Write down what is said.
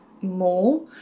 more